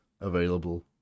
available